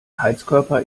heizkörper